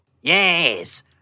yes